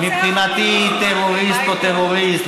מבחינתי, טרוריסט הוא טרוריסט.